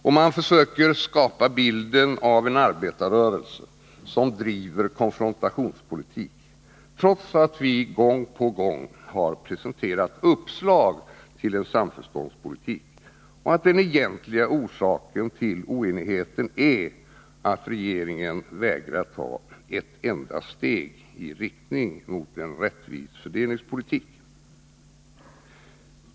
Och man försöker skapa bilden av en arbetarrörelse som driver konfrontationspolitik, trots att vi gång på gång har presenterat uppslag för samförståndspolitik och trots att den egentliga orsaken till oenigheten är att regeringen vägrar att ta ett enda steg i riktning mot en rättvis fördelningspolitik.